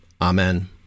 Amen